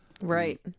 right